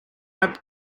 web